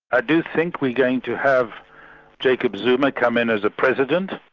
i do think we're going to have jacob zuma come in as a president.